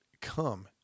come